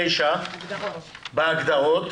בהגדרות.